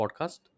podcast